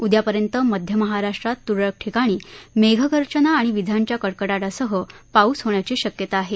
उदयापर्यंत मध्य महाराष्ट्रात तुरळक ठिकाणी मेघगर्जना आणि वीजांच्या कडकडाटासह पाऊस होण्याची शक्यता आहे